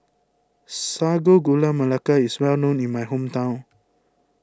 Sago Gula Melaka is well known in my hometown